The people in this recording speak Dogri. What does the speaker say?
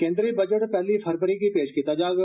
केन्द्री बजट पहली फरवरी गी पेश कीता जाग